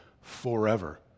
forever